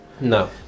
no